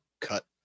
cut